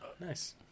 nice